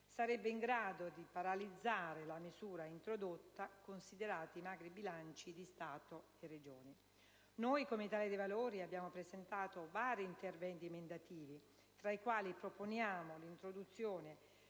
sarebbe in grado di paralizzare la misura introdotta, considerati i magri bilanci di Stato e Regioni. Noi, come Gruppo dell'Italia dei Valori, abbiamo presentato vari interventi emendativi, tra i quali proponiamo l'introduzione